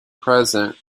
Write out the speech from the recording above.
present